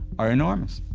are enormous.